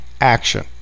action